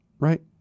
Right